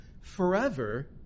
forever